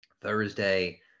Thursday